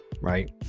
right